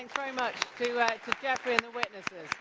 very much to geoffrey and the witnesses.